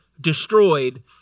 destroyed